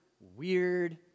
weird